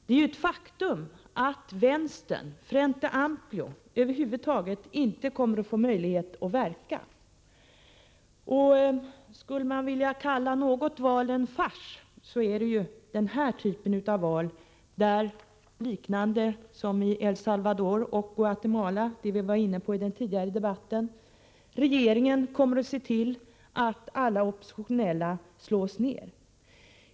Det är ju ett faktum att vänstern, Frente Amplio, över huvud taget inte kommer att få möjlighet att verka. Skulle man vilja kalla något val för en fars, är det den här typen av val, där, liksom i El Salvador och Guatemala, som vi var inne på tidigare i debatten, regeringen kommer att se till att alla oppositionella slås ned.